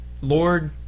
Lord